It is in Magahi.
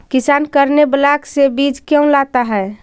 किसान करने ब्लाक से बीज क्यों लाता है?